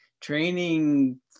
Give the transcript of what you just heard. training